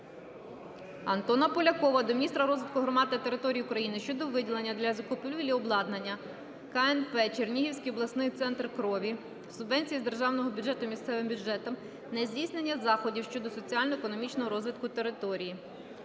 Антона Полякова до міністра розвитку громад та територій України щодо виділення для закупівлі обладнання КНП "Чернігівський обласний центр крові" субвенції з державного бюджету місцевим бюджетам на здійснення заходів щодо соціально-економічного розвитку території.